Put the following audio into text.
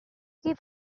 keep